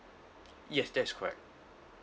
yes that is correct